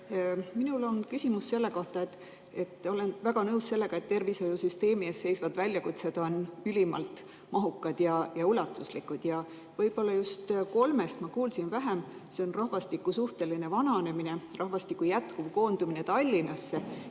Minul on küsimus selle kohta. Olen väga nõus sellega, et tervishoiusüsteemi ees seisvad väljakutsed on ülimalt mahukad ja ulatuslikud ning võib-olla just kolmest ma kuulsin vähem: rahvastiku suhteline vananemine, rahvastiku jätkuv koondumine Tallinnasse